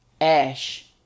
ash